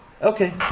Okay